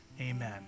Amen